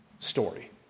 story